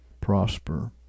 prosper